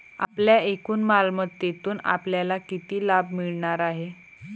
आपल्या एकूण मालमत्तेतून आपल्याला किती लाभ मिळणार आहे?